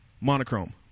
Monochrome